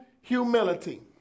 humility